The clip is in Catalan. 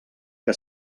que